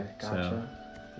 gotcha